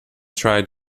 tried